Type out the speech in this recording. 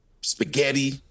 spaghetti